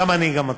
גם אני גם אתם.